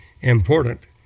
important